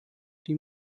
die